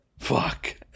fuck